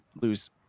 lose